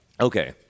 Okay